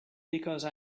because